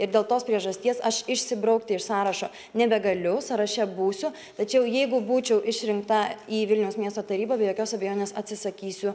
ir dėl tos priežasties aš išsibraukti iš sąrašo nebegaliu sąraše būsiu tačiau jeigu būčiau išrinkta į vilniaus miesto tarybą be jokios abejonės atsisakysiu